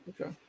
Okay